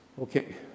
Okay